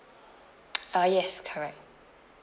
uh yes correct